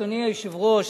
אדוני היושב-ראש,